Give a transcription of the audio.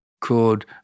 called